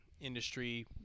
industry